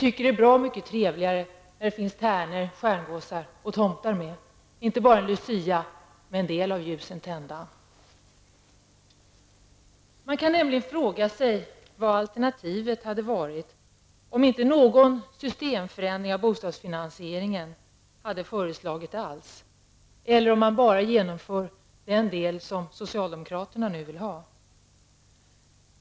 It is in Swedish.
Det är bra mycket trevligare när det finns med tärnor, stjärngossar och tomtar, och inte bara Man kan fråga sig vad alternativet hade varit om inte någon systemförändring av bostadsfinansieringen hade föreslagits -- eller om man bara skulle genomföra den del som socialdemokraterna nu vill ha.